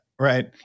Right